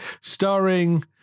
starring